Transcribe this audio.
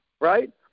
Right